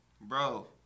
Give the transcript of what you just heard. Bro